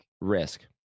Risk